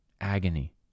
agony